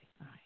right